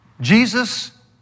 Jesus